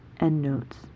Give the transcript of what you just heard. Endnotes